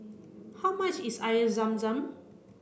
how much is Air Zam Zam